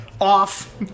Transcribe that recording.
off